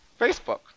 Facebook